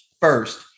first